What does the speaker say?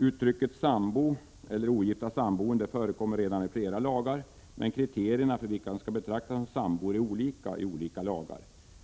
Uttrycket sambor eller ogifta samboende förekommer redan i flera lagar, men kriterierna för vilka som skall betraktas som sambor är olika i flera lagar.